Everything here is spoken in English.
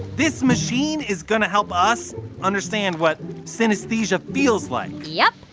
this machine is going to help us understand what synesthesia feels like? yep.